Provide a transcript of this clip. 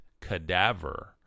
cadaver